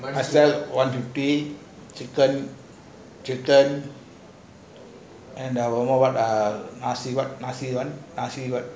I sell one fifty chicken chicken then one more what nasi what nasi what